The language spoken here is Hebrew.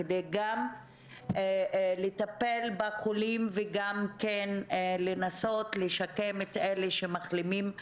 כדי גם לטפל בחולים וגם לנסות לשקם את אלה שמחלימים מהמחלה.